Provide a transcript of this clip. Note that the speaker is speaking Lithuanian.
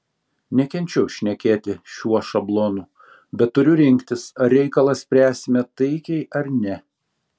nekenčiu šnekėti šiuo šablonu bet turi rinktis ar reikalą spręsime taikiai ar ne